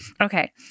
Okay